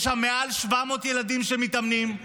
יש שם מעל 700 ילדים שמתאמנים,